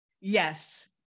Yes